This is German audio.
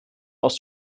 aus